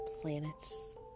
planets